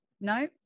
no